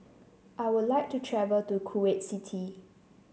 I would like to travel to Kuwait City